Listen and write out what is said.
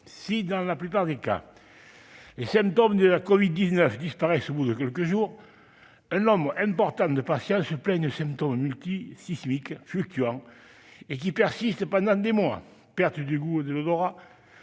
Si, dans la plupart des cas, les symptômes de la covid-19 disparaissent au bout de quelques jours, un grand nombre de patients se plaignent de symptômes multisystémiques fluctuants, qui persistent pendant des mois : perte de goût et d'odorat,